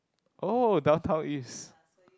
oh Downtown-East